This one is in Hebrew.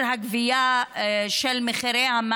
החשיבות של מניעת ענישה קולקטיבית לתושבים של